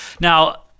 now